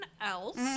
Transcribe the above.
else